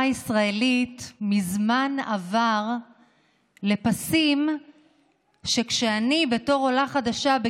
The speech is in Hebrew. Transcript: הישראלית מזמן עבר לפסים שלא הייתי מאמינה בתור עולה חדשה,